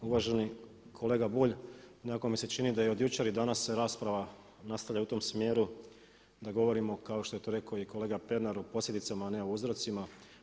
Uvaženi kolega Bulj nekako mi se čini da od jučer i danas rasprava se nastavlja u tom smjeru da govorimo kao što je to rekao i kolega Pernar o posljedicama, a ne o uzrocima.